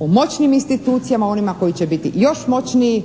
o moćnim institucijama, o onima koji će biti još moćniji